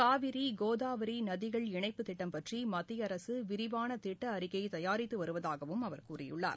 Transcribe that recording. காவிரி கோதாவரிநதிகள் இணப்புத் திட்டம் பற்றிமத்தியஅரசுவிரிவானதிட்டஅறிக்கைதயாரித்துவருவதாகவும் அவர் கூறியுள்ளார்